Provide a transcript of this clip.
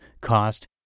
cost